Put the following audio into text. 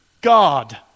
God